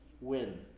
win